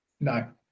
No